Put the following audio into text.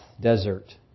desert